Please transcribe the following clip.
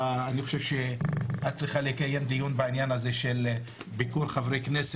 אני חושב שאת צריכה לקיים דיון בעניין הזה של ביקור חברי כנסת.